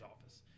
office